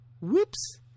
Whoops